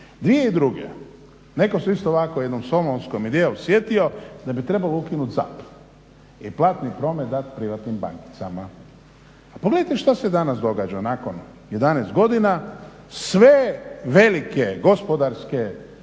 podsjeća, 2002.netko se isto ovako o nekom somovskom idejom sjetio da bi trebalo ukinuti ZAP i platni promet dati privatnim bankicama. A pogledajte što se danas događa nakon 11 godina sve velike gospodarske stvari